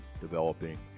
developing